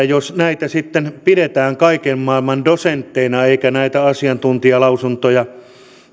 jos näitä sitten pidetään kaiken maailman dosentteina eikä näitä asiantuntijalausuntoja